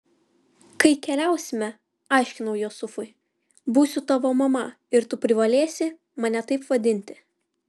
kai keliausime aiškinau jusufui būsiu tavo mama ir tu privalėsi mane taip vadinti